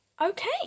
Okay